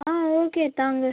ஆ okay தாங்க